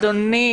אדוני,